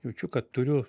jaučiu kad turiu